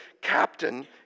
captain